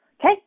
okay